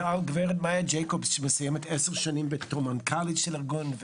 ועל גברת מאיה ג'ייקובס שמסיימת עשר שנים בתור מנכ"לית של הארגון.